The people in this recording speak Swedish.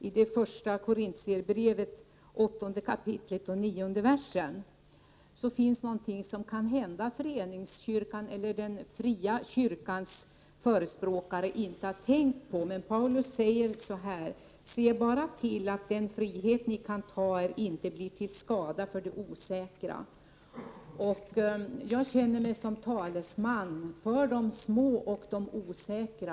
I det första Korinterbrevet, 8 kapitlet 9 versen, säger Paulus något som kanske föreningskyrkans eller den fria kyrkans förespråkare inte har tänkt på: ”Se bara till att den frihet ni kan ta er inte blir till skada för de osäkra.” Jag känner mig som talesman även för de små och de osäkra.